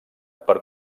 per